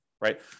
right